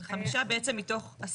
זה חמישה בעצם מתוך עשרה.